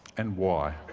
and why?